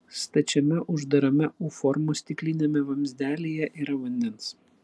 stačiame uždarame u formos stikliniame vamzdelyje yra vandens